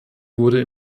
wurde